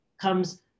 comes